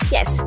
Yes